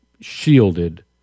shielded